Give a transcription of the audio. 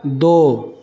दो